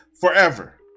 forever